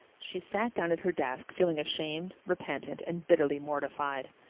she sat down at her desk feeling ashamed, repentant, and bitterly mortified.